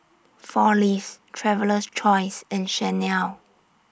four Leaves Traveler's Choice and Chanel